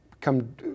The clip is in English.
come